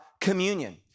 communion